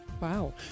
Wow